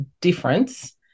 difference